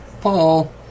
Paul